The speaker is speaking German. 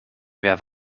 wer